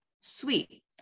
Sweet